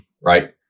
Right